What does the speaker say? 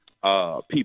people